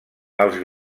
els